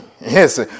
Yes